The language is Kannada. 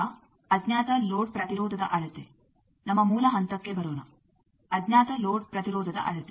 ಈಗ ಅಜ್ಞಾತ ಲೋಡ್ ಪ್ರತಿರೋಧದ ಅಳತೆ ನಮ್ಮ ಮೂಲ ಹಂತಕ್ಕೆ ಬರೋಣ ಅಜ್ಞಾತ ಲೋಡ್ ಪ್ರತಿರೋಧದ ಅಳತೆ